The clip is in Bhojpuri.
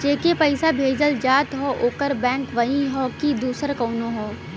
जेके पइसा भेजल जात हौ ओकर बैंक वही हौ कि दूसर कउनो हौ